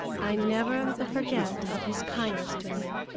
i never the forget of his kindness to me.